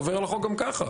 עובר על החוק גם ככה.